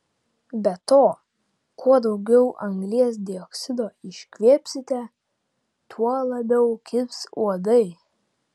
be to kuo daugiau anglies dioksido iškvėpsite tuo labiau kibs uodai